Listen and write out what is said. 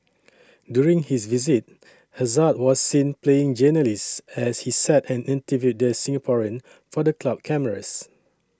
during his visit Hazard was seen playing journalist as he sat and interviewed the Singaporean for the club cameras